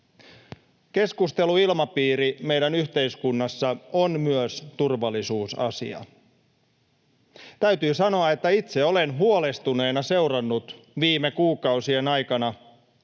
Keskusteluilmapiiri meidän yhteiskunnassamme on myös turvallisuusasia. Täytyy sanoa, että itse olen huolestuneena seurannut viime kuukausien aikana